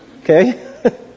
Okay